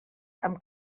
amb